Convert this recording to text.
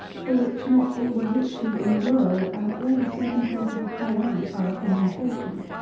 for which not all the riches in the world and all the circumstances of high rank are a compensation.